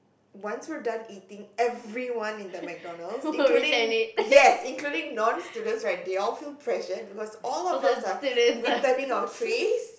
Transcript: once we're done eating everyone in McDonald's including yes including non students they're also pressured because all of us are returning our trays